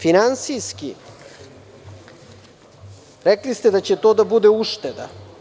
Finansijski, rekli ste da će to da bude ušteda.